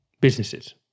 businesses